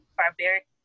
barbaric